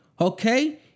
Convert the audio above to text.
okay